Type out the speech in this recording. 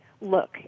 look